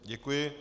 Děkuji.